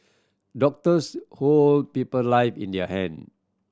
doctors hold people live in their hand